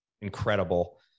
incredible